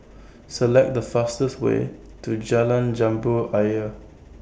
Select The fastest Way to Jalan Jambu Ayer